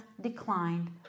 declined